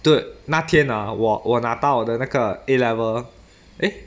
dude 那天啊我我拿到我的那个 A level eh